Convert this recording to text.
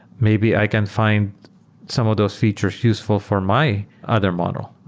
maybe i can find some of those features useful for my other model.